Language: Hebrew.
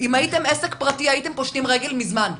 אם הייתם עסק פרטי הייתם פושטים רגל מזמן.